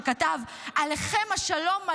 שכתב: עליכם השלום,